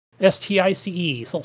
S-T-I-C-E